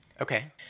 Okay